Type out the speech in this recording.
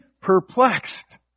perplexed